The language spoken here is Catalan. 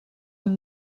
amb